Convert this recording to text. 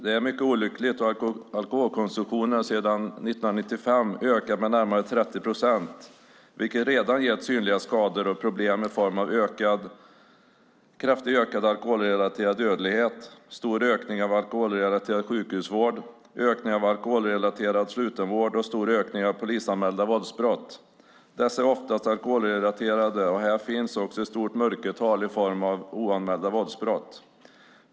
Det är mycket olyckligt då alkoholkonsumtionen sedan 1995 ökat med närmare 30 procent vilket redan gett synliga skador och problem i form av kraftigt ökad alkoholrelaterad dödlighet, stor ökning av alkoholrelaterad sjukhusvård, ökning av alkoholrelaterad slutenvård och stor ökning av polisanmälda våldsbrott. Dessa är oftast alkoholrelaterade. Det finns också ett stort mörkertal i form av oanmälda våldsbrott.